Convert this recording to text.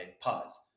Pause